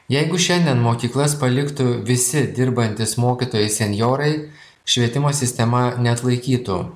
jeigu šiandien mokyklas paliktų visi dirbantys mokytojai senjorai švietimo sistema neatlaikytų